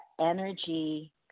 energy